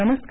नमस्कार